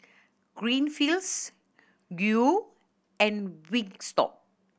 Greenfields Qoo and Wingstop